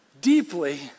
deeply